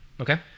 Okay